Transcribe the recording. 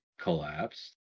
collapsed